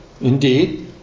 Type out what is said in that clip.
indeed